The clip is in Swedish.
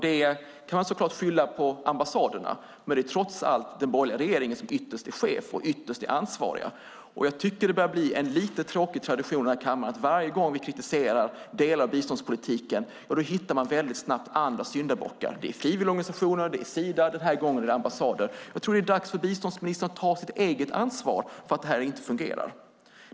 Det kan man så klart skylla på ambassaderna, men det är trots allt den borgerliga regeringen som ytterst är chef och ytterst är ansvarig. Det börjar bli en lite tråkig tradition i kammaren att varje gång vi kritiserar delar av biståndspolitiken hittar man väldigt snabbt andra syndabockar. Det är frivilligorganisationer och Sida, och den här gången ambassader. Jag tror att det är dags för biståndsministern att ta sitt eget ansvar för att detta inte fungerar.